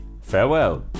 Farewell